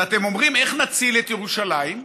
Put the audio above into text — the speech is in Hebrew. ואתם אומרים: איך נציל את ירושלים?